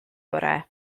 orau